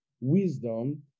Wisdom